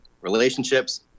relationships